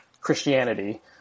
Christianity